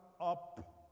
up